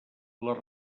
les